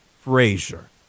Frazier